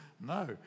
No